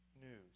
news